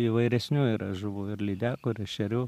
įvairesnių yra žuvų ir lydekų ir ešerių